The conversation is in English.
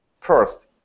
first